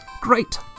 Great